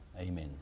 Amen